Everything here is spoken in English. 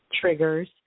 triggers